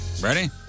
Ready